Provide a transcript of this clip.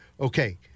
okay